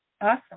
Awesome